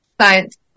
Science